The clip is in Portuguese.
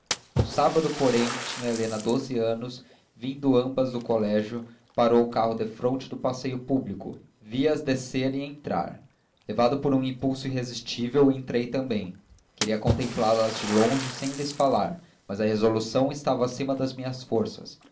um sábado porém tinha helena doze anos vindo ambas do colégio parou o carro defronte do passeio público vi-as descer e entrar levado por um impulso irresistível entrei também queria contemplá las de longe sem lhes falar mas a resolução estava acima das minhas forças